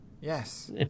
Yes